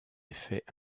effets